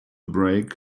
break